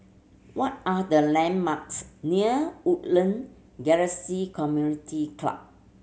what are the landmarks near Woodland Galaxy Community Club